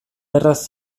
erraz